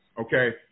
okay